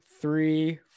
three